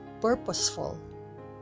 purposeful